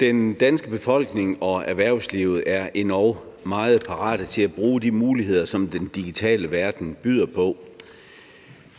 Den danske befolkning og erhvervslivet er endog meget parate til at bruge de muligheder, som den digitale verden byder på.